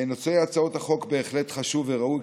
נושא הצעות החוק בהחלט חשוב וראוי,